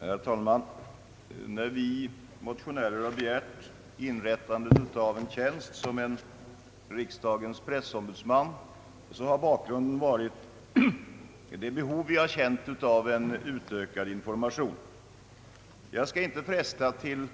Herr talman! När vi motionärer begärt inrättande av en tjänst som en riksdagens pressombudsman har bakgrunden varit det behov vi har känt av en utökad information. Jag skall inte fresta till